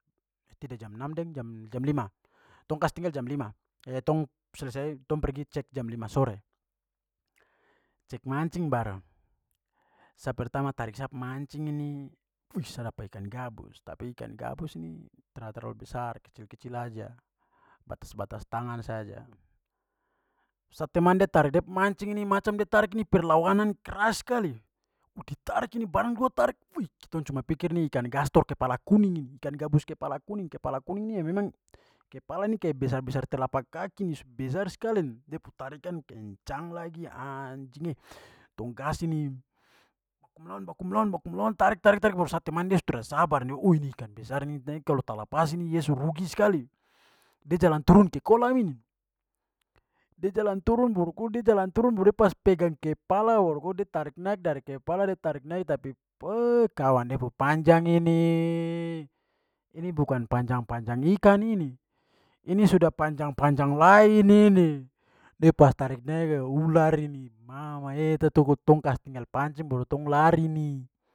Tidak jam enam deng, jam- jam lima, tong kasih tinggal jam lima. tong selesai tong pergi cek jam lima sore. Cek mancing baru sa pertama tarik sa pu mancing ini, wuis, sa dapa ikan gabus, tapi ikan gabus ni tra terlalu besar, kecil-kecil saja, batas-batas tangan saja. Sa teman da tarik da pu mancing ni macam da tarik ni perlawanan keras skali. Da tarik ini barang trik, wuih, tong cuma pikir ni ikan gastor kepala kuning ini, ikan gabus kepala kuning, kepala kuning ni yang memang kepala ni kayak besar-besar telapak kaki ni besar skali ni. Da pu tarikan kencang lagi, anjing eh. Tong gas ini. Baku mlawan baku mlawan baku mlawan tarik tarik tarik baru sa teman dia suda tra sabar ni, oh ini ikan besar ini, nanti kalau talapas ini dia su rugi skali. Da jalan turun ke kolam ini. Da jalan turun baru ko da jalan turun baru da pas pegang kepala baru da tarik naik dari kepala da tarik naik tapi kawan da pu panjang ini, ini bukan panjang-panjang ikan ini, ini sudah panjang-panjang lain ini. De pas tarik naik ular ini, mama eh. tong kasi tinggal pancing baru tong lari ni.